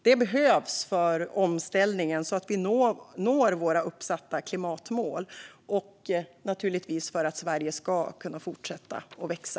Det behövs för omställningen och för att vi ska nå våra uppsatta klimatmål - och naturligtvis för att Sverige ska kunna fortsätta att växa.